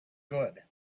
good